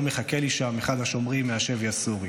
מחכה לי שם אחד השומרים מהשבי הסורי.